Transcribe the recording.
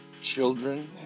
children